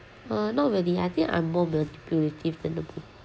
uh not really I think I am more manipulative than the boo~